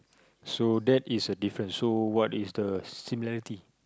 so that is a difference so what is the similarity